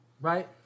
Right